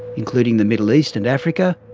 including the middle east and africa,